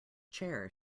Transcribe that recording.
chair